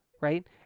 Right